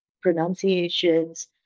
pronunciations